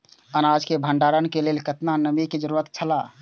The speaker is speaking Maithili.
अनाज के भण्डार के लेल केतना नमि के जरूरत छला?